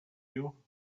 you